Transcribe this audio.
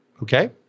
okay